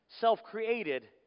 self-created